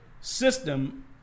system